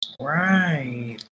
Right